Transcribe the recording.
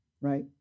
right